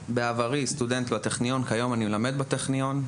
בעברי, סטודנט בטכניון, כיום אני מלמד בטכניון.